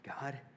God